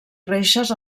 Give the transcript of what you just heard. reixes